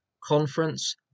Conference